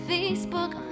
Facebook